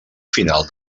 final